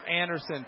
Anderson